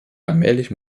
allmählich